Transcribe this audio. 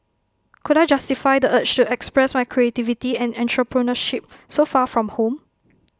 could I justify the urge to express my creativity and entrepreneurship so far from home